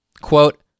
Quote